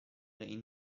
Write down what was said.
این